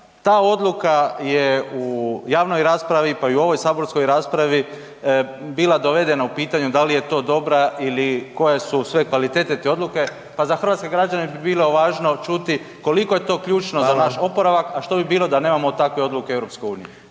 Ta odluka je u javnoj raspravi, pa i u ovoj saborskoj raspravi bila dovedena u pitanje, da li je to dobra ili koje su sve kvalitete te odluke, pa za hrvatske građane bi bilo važno čuti koliko je to ključno za naš oporavak .../Upadica: Hvala./... a što bi bilo da nemamo takve odluke EU?